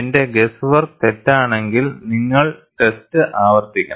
എന്റെ guess work തെറ്റാണെങ്കിൽ നിങ്ങൾ ടെസ്റ്റ് ആവർത്തിക്കണം